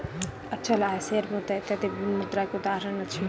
अचल आय, शेयर मुद्रा इत्यादि विभिन्न मुद्रा के उदाहरण अछि